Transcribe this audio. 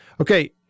Okay